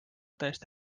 täiesti